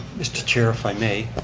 mr. chair if i may,